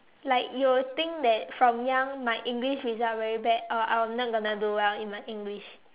like you will think that from young my English is not very bad or I am not going to do well in my English